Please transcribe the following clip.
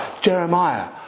Jeremiah